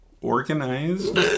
organized